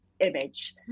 image